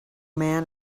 man